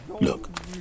Look